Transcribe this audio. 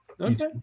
Okay